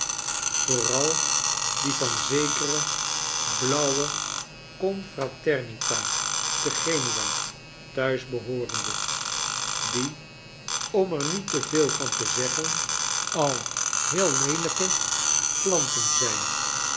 vooral die van zekere blauwe confraternita te genua thuis behoorende die om erniette veel van te zeggen al heel leelijke klanten zijn